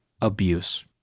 abuse